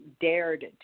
dared